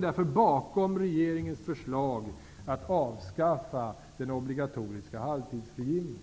därför bakom regeringens förslag att avskaffa den obligatoriska halvtidsfrigivningen.